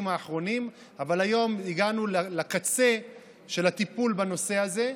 האחרונים אבל היום הגענו לקצה של הטיפול בנושא הזה: